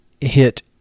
hit